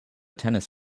tennis